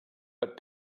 but